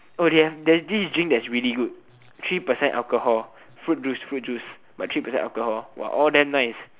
oh they have this drink that's really good three percent alcohol fruit juice fruit juice but three percent alcohol !wah! all damn nice